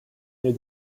near